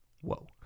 whoa